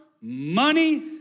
money